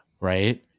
right